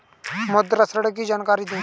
मुद्रा ऋण की जानकारी दें?